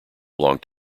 long